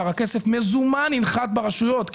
הכסף המזומן ינחת ברשויות המקומיות,